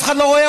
אף אחד לא רואה,